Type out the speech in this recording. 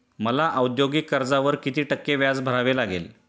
मला औद्योगिक कर्जावर किती टक्के व्याज भरावे लागेल?